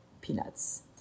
peanuts